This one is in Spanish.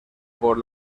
por